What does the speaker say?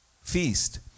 feast